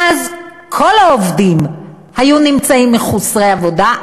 ואז כל העובדים היו נמצאים מחוסרי עבודה,